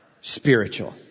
spiritual